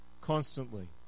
constantly